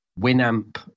Winamp